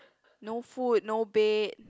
no food no bed